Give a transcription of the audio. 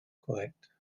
korrekt